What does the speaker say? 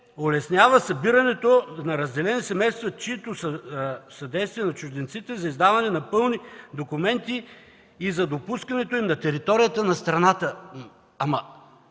улеснява събирането на разделени семейства, като съдейства на чужденците за издаване на пълни документи и за допускането им на територията на страната.”